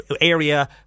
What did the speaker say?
area